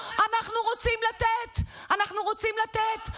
אנחנו רוצים לתת.